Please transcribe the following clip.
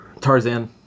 Tarzan